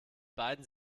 beiden